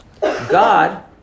God